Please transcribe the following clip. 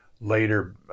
later